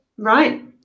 right